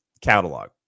catalog